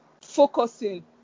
focusing